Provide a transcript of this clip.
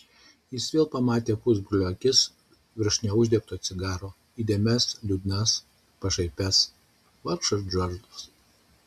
jis vėl pamatė pusbrolio akis virš neuždegto cigaro įdėmias liūdnas pašaipias vargšas džordžas